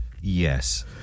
yes